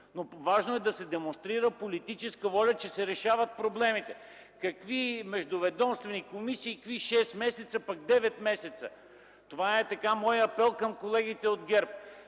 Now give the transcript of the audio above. Важното е да се демонстрира политическа воля, че се решават проблемите. Какви междуведомствени комисии, какви шест месеца, пък девет месеца? Това е моят апел към колегите от ГЕРБ